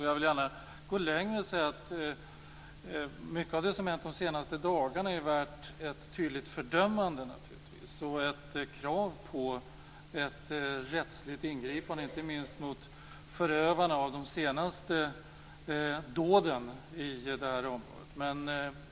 Jag vill gärna gå längre och säga att mycket av det som hänt de senaste dagarna kräver ett tydligt fördömande och att det behövs ett rättsligt ingripande mot förövarna av de senaste dåden i det här området.